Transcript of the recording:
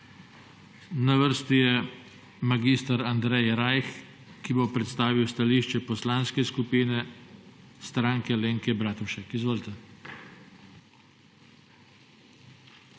Na vrsti je mag. Andrej Rajh, ki bo predstavil stališče Poslanske skupine Stranke Alenke Bratušek. Izvolite.